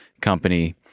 company